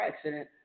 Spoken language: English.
accident